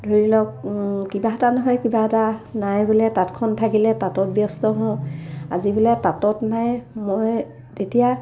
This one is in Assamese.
ধৰি লওক কিবা এটা নহয় কিবা এটা নাই বোলে তাঁতখন থাকিলে তাঁতত ব্যস্ত হওঁ আজি বোলে তাঁতত নাই মই তেতিয়া